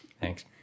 Thanks